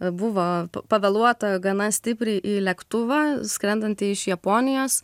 buvo pavėluota gana stipriai į lėktuvą skrendantį iš japonijos